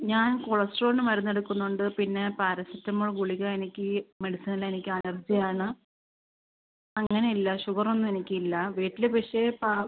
ഞാൻ കൊളസ്ട്രോളിന് മരുന്ന് എടുക്കുന്നുണ്ട് പിന്നെ പാരസെറ്റമോൾ ഗുളിക എനിക്ക് മെഡിസിൻ എനിക്ക് അലർജി ആണ് അങ്ങനെ ഇല്ല ഷുഗർ ഒന്നും എനിക്കില്ല വീട്ടിൽ പക്ഷേ പാ